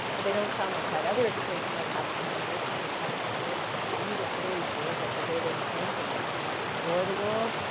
but they don't sound like that. other experience you might have, which is when you listen to a podcast host that you just really dig like the way they think and and explore the world.